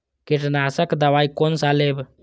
कीट नाशक दवाई कोन सा लेब?